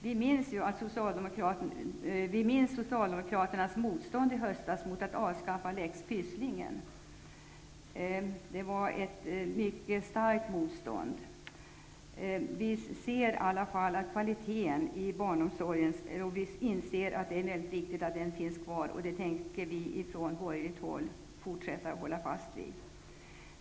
Vi minns Socialdemokraternas motstånd i höstas mot att avskaffa Lex Pysslingen. Det var ett mycket starkt motstånd. Vi inser i alla fall att det är mycket viktigt att kvaliteten i barnomsorgen finns kvar, och det tänker vi från borgerligt håll fortsätta att hålla fast vid.